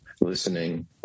listening